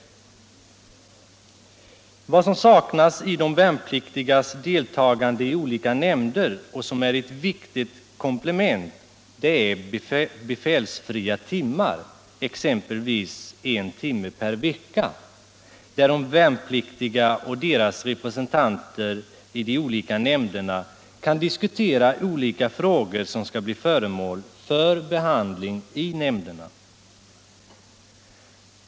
Något som saknas i de värnpliktigas deltagande i olika nämnder och som skulle kunna vara ett värdefullt kompletterande inslag i dessa är befälsfria timmar, exempelvis en timme per vecka där de värnpliktiga och deras representanter i de olika nämnderna kan diskutera olika frågor som skall bli föremål för behandling i nämnderna.